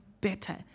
better